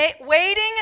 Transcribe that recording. waiting